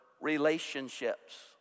relationships